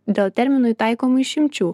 dėl terminui taikomų išimčių